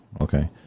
Okay